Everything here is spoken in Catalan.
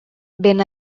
ben